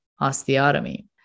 osteotomy